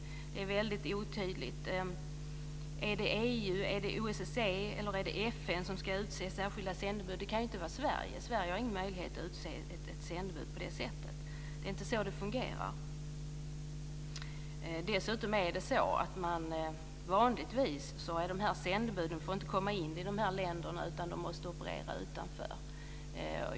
Det är väldigt otydligt. Är det EU, OSSE eller FN som ska utse särskilda sändebud? Det kan ju inte vara Sverige. Sverige har ingen möjlighet att utse ett sändebud på det sättet. Det är inte så det fungerar. Dessutom får dessa sändebud vanligtvis inte komma in i dessa länder utan måste operera utanför.